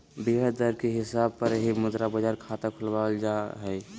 ब्याज दर के हिसाब पर ही मुद्रा बाजार खाता खुलवावल जा हय